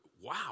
wow